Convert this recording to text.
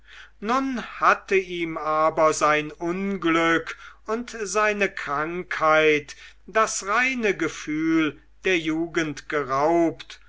nun hatte ihm aber sein unglück und seine krankheit das reine gefühl der jugend geraubt